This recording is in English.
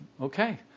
okay